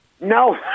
No